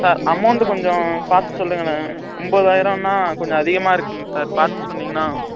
sir amount கொஞ்சம் பார்த்து சொல்லுங்களேன் ஒம்போதாயிரம்னா கொஞ்சம் அதிகமாக இருக்குதுங்க சார் பார்த்து சொன்னிங்கனா